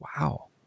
Wow